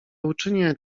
uczynię